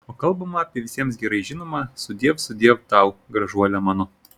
o kalbama apie visiems gerai žinomą sudiev sudiev tau gražuole mano